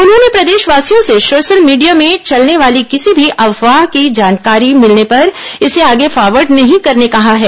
उन्होंने प्रदेशवासियों से सोशल मीडिया में चलने वाली किसी भी अफवाह की जानकारी मिलने पर इसे आगे फारवर्ड नहीं करने कहा है